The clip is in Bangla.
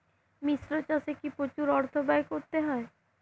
মিশ্র চাষে কি প্রচুর অর্থ ব্যয় করতে হয়?